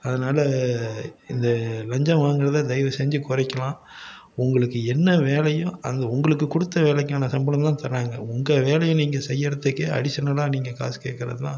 அதனால இந்த லஞ்சம் வாங்குறத தயவு செஞ்சு குறைக்கலாம் உங்களுக்கு என்ன வேலையோ அந்த உங்களுக்கு கொடுத்த வேலைக்கான சம்பளம் தான் தராங்க உங்கள் வேலையை நீங்கள் செய்யறத்துக்கே அடிஷனலாக நீங்கள் காசு கேட்கறது தான்